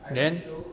then